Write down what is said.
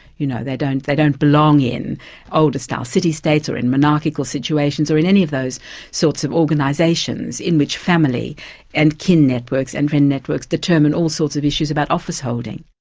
you know, they don't they don't belong in older-style city-states or in monarchical situations, or in any of those sorts of organisations in which family and kin networks and friend networks determine all sorts of issues about office-holding.